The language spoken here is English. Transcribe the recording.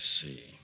see